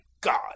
God